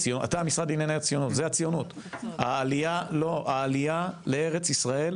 זה לא עלה פה בדיון,